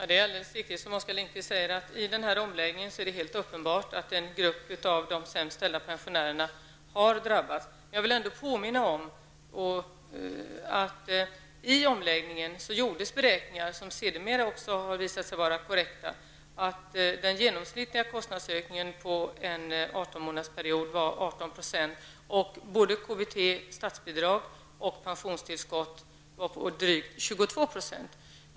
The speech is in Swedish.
Herr talman! Det är riktigt som Oskar Lindkvist säger att en grupp av de sämst ställda pensionärerna uppenbarligen har drabbats i denna omläggning. Jag vill ändå påminna om att det inför omläggningen gjordes beräkningar som sedermera har visat sig vara korrekta att den genomsnittliga kostnadsökningen på en artonmånadersperiod var 18 %. KBT, statsbidrag och pensionstillskott var på drygt 22 %.